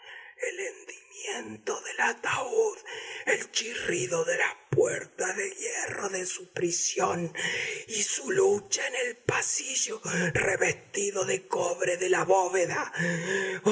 el hendimiento del ataúd el chirrido de las puertas de hierro de su prisión y su lucha en el pasillo revestido de cobre de la bóveda